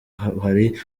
hari